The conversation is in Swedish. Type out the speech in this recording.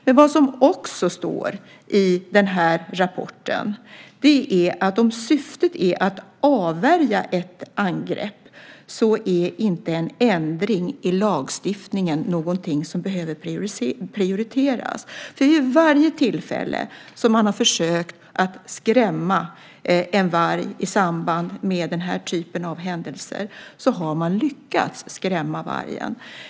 Men vad som också står i den här rapporten är att om syftet är att avvärja ett angrepp så är inte en ändring i lagstiftningen någonting som behöver prioriteras. Vid varje tillfälle som man har försökt att skrämma en varg i samband med den här typen av händelse har man lyckats skrämma vargen.